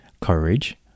courage